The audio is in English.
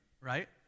right